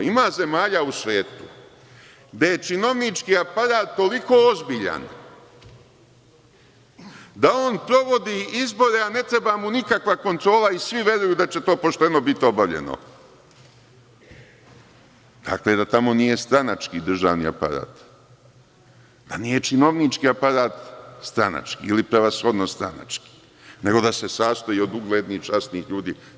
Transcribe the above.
Ima zemalja u svetu gde je činovnički aparat toliko ozbiljan da on provodi izbore, a ne treba mu nikakva kontrola i svi veruju da će to pošteno biti obavljeno, dakle da tamo nije stranački državni aparat, da nije činovnički aparat stranački i prevashodno stranački, nego da se sastoji od uglednih i časnih ljudi.